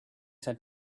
said